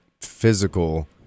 physical